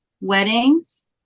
Weddings